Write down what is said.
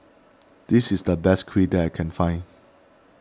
this is the best Kheer that I can find